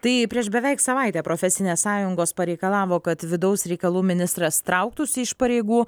tai prieš beveik savaitę profesinės sąjungos pareikalavo kad vidaus reikalų ministras trauktųsi iš pareigų